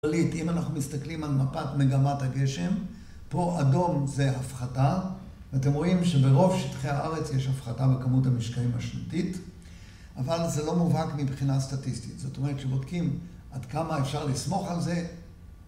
אם אנחנו מסתכלים על מפת מגמת הגשם, פה אדום זה הפחתה ואתם רואים שברוב שטחי הארץ יש הפחתה בכמות המשקעים השנתית אבל זה לא מובהק מבחינה סטטיסטית, זאת אומרת שבודקים עד כמה אפשר לסמוך על זה